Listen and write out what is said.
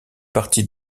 parties